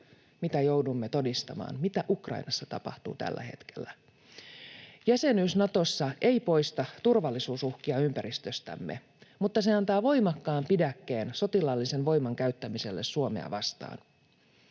mitä joudumme todistamaan, mitä Ukrainassa tapahtuu tällä hetkellä. Jäsenyys Natossa ei poista turvallisuusuhkia ympäristöstämme, mutta se antaa voimakkaan pidäkkeen sotilaallisen voiman käyttämiselle Suomea vastaan.